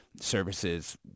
services